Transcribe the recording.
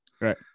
Right